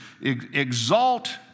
exalt